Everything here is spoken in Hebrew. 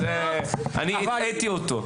אני הטעיתי אותו.